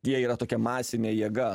jie yra tokia masinė jėga